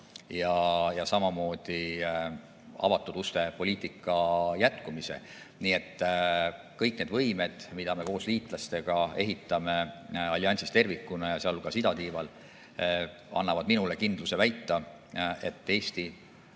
samuti avatud uste poliitika jätkumisega. Nii et kõik need võimed, mida me koos liitlastega ehitame alliansis tervikuna, sealhulgas idatiival, annavad minule kindluse väita, et Eesti